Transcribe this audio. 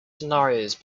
scenarios